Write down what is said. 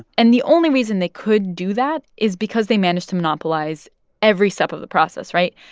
and the only reason they could do that is because they managed to monopolize every step of the process, right?